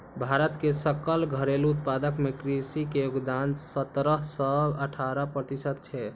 भारत के सकल घरेलू उत्पादन मे कृषि के योगदान सतरह सं अठारह प्रतिशत छै